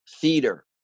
theater